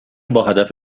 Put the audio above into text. باهدف